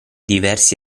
diversi